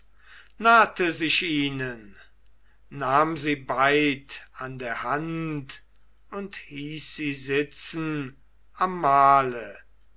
nahte sich ihnen nahm sie beid an der hand und hieß sie sitzen am mahle